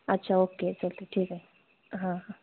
अच्छा ओके चालतं आहे ठीक आहे हां हां